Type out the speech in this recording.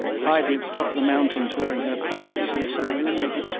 heidi at the top of the mountain's wearing her plaits, yes, i remember. but